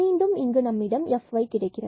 மீண்டும் இங்கு Fy0 கிடைக்கிறது